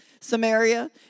Samaria